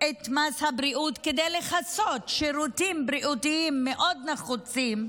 את מס הבריאות כדי לכסות שירותים בריאותיים מאוד נחוצים,